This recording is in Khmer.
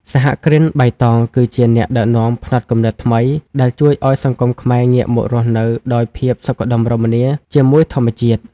សហគ្រិនបៃតងគឺជាអ្នកដឹកនាំផ្នត់គំនិតថ្មី ដែលជួយឱ្យសង្គមខ្មែរងាកមករស់នៅដោយភាពសុខដុមរមនាជាមួយធម្មជាតិ។